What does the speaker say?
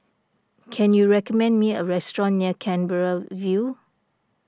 can you recommend me a restaurant near Canberra View